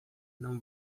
não